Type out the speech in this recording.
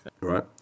Right